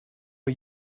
are